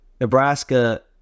Nebraska